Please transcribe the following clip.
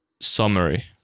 summary